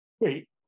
Wait